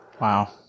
Wow